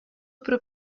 pro